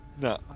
No